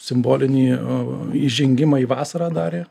simbolinį įžengimą į vasarą darė